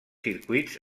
circuits